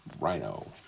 Rhino